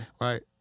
Right